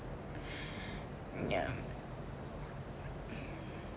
mm ya